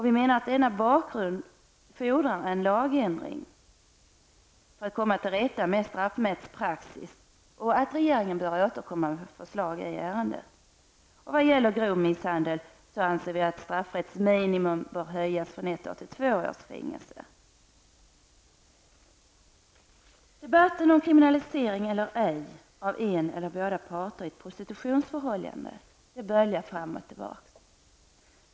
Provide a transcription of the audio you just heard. Vi menar att denna bakgrund fodrar en lagändring för att man skall komma till rätta med straffmätspraxis. Vi menar även att regeringen bör återkomma med förslag i ärendet. Vi anser att vid grov misshandel bör straffrättsminimum höjas från ett till två års fängelse. Debatten om kriminalisering eller ej av en eller båda parter i ett prostitutionsförhållande böljar fram och tillbaka.